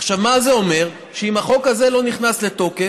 עכשיו מה זה אומר, שאם החוק הזה לא נכנס לתוקף,